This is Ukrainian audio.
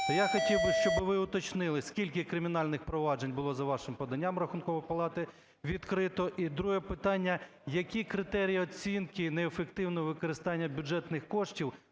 я хотів би, щоб ви уточнили, скільки кримінальних проваджень було за вашим поданням, Рахункової палати, відкрито. І друге питання. Які критерії оцінки неефективного використання бюджетних коштів